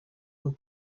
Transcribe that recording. uwo